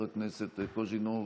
חברת הכנסת כנפו,